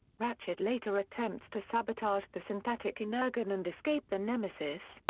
ratchet later attempts to sabotage the synthetic energon and escape the nemesis,